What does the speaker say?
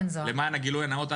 למען הגילוי הנאות,